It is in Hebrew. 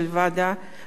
וגם את האופוזיציה,